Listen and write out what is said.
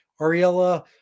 Ariella